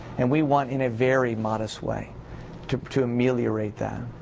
and we want in a very modest way to to ameliorate that.